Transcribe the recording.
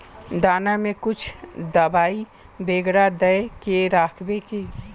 दाना में कुछ दबाई बेगरा दय के राखबे की?